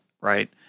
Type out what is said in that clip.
right